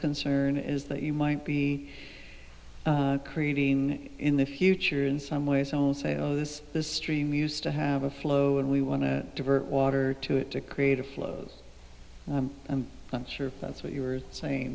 concern is that you might be creating in the future in some ways on say oh this this stream used to have a flow and we want to divert water to it to create a float and i'm sure that's what you were saying